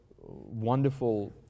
wonderful